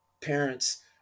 parents